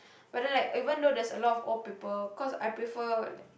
but then like even tough there is a lot of old people cause I prefer like